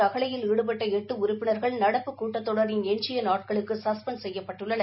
ரகளையில் ஈடுபட்ட எட்டு உறுப்பினர்கள் நடப்பு கூட்டத்தொடரின் எஞ்சிய நாட்களுக்கு சஸ்பெண்ட் செய்யப்பட்டனர்